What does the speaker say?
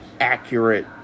accurate